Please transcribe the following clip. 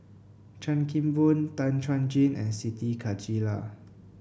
Chan Kim Boon Tan Chuan Jin and Siti Khalijah